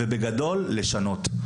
ובגדול לשנות.